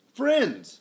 friends